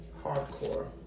hardcore